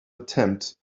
attempt